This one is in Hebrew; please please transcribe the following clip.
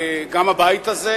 גם הבית הזה,